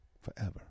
forever